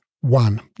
One